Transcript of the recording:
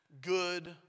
good